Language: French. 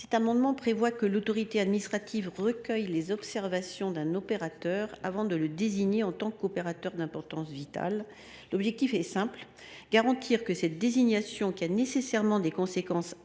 souhaitons que l’autorité administrative recueille les observations d’un opérateur avant de le désigner en tant qu’opérateur d’importance vitale (OIV). L’objectif est simple : garantir que cette désignation, qui a nécessairement des conséquences importantes